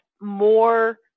more